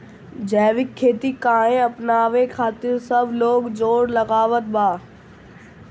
जैविक खेती काहे अपनावे खातिर सब लोग जोड़ लगावत बा?